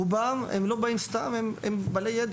רובם לא באים סתם, אלא הם בעלי יידע.